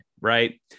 right